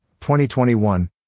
2021